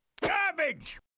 garbage